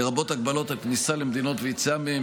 לרבות הגבלות על כניסה למדינות ויציאה מהן.